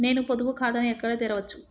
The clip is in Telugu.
నేను పొదుపు ఖాతాను ఎక్కడ తెరవచ్చు?